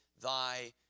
thy